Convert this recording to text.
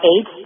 Eight